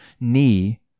knee